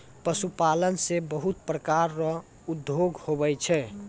पशुपालन से बहुत प्रकार रो उद्योग हुवै छै